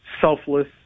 selfless